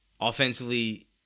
offensively